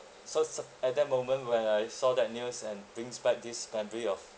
so sud~ at that moment when I saw that news and brings back this memory of